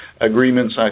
agreements